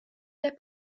der